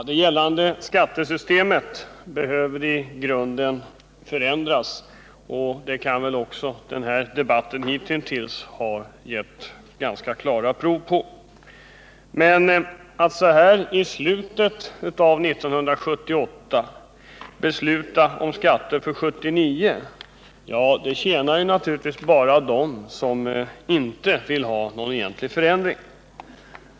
Herr talman! Det gällande skattesystemet behöver i grunden förändras, och det har väl också den här debatten gett ganska klara exempel på. Men att så här i slutet av 1978 debattera och besluta om skatterna för 1979 tjänar naturligtvis bara dem som inte vill ha någon egentlig förändring.